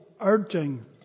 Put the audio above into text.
urging